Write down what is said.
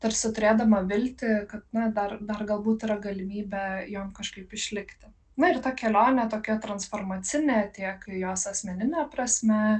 tarsi turėdama viltį kad na dar dar galbūt yra galimybė jom kažkaip išlikti na ir ta kelionė tokia transformacinė tiek jos asmenine prasme